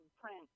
print